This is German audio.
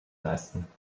leisten